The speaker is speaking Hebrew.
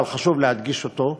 אבל חשוב להדגיש אותו,